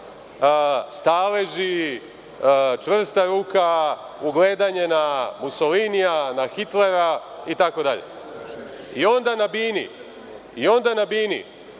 staleži, čvrsta ruka, ugledanje na Musolinija, na Hitlera, itd. I onda na bini svi zajedno,